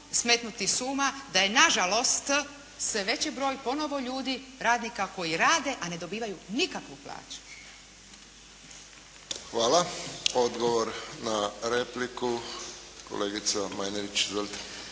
smetnuti s uma da je nažalost sve veći broj ponovno ljudi, radnika koji rade a ne dobivaju nikakvu plaću. **Friščić, Josip (HSS)** Hvala. Odgovor na repliku, kolegica Majdenić.